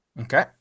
Okay